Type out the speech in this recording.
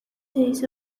days